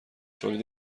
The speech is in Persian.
تولید